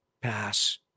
pass